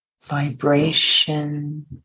vibration